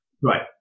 Right